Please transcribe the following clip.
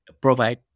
provide